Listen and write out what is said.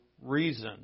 reason